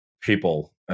people